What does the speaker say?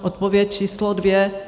Odpověď číslo dvě.